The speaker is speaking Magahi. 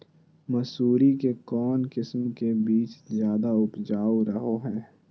मसूरी के कौन किस्म के बीच ज्यादा उपजाऊ रहो हय?